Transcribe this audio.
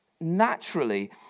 naturally